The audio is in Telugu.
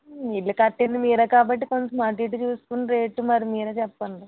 ఇల్లు కట్టింది మీరే కాబట్టి కొంచెం అటు ఇటు చూసుకుని రేటు మరి మీరే చెప్పండి